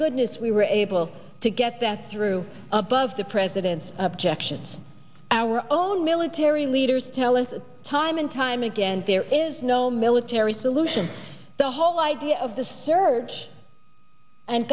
goodness we were able to get that through above the president's objections our own military leaders tell us time and time again there is no military solution the whole idea of the surge and